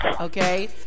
okay